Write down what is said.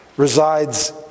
resides